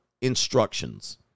instructions